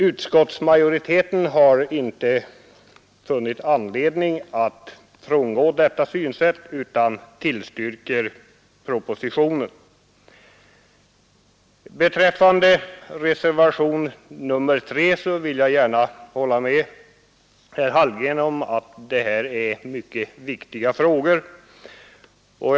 Utskottsmajoriteten har inte funnit anledning att frångå detta synsätt utan tillstyrker propositionen. Beträffande reservationen 3 vill jag gärna hålla med herr Hallgren om att de frågor som där tas upp är mycket viktiga.